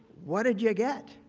what did you get?